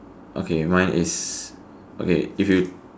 okay mine is okay if you